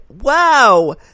Wow